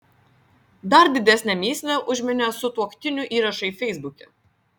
dar didesnę mįslę užminė sutuoktinių įrašai feisbuke